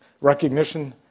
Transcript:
Recognition